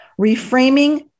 reframing